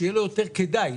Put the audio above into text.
שיהיה לו יותר כדאי,